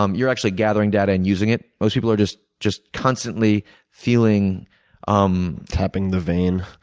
um you're actually gathering data and using it. most people are just just constantly feeling um tapping the vein.